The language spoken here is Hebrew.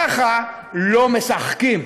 ככה לא משחקים.